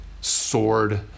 sword